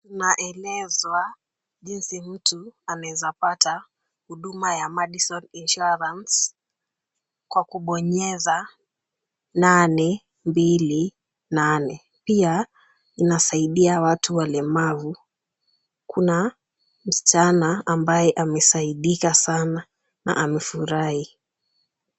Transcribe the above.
Tunaelezwa jinsi mtu anaeza pata huduma ya Madison insurance kwa kubonyeza 828. Pia inasaidia watu walemavu. Kuna msichana ambaye amesaidika sana na amefurahi.